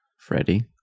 Freddie